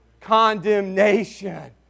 condemnation